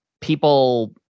people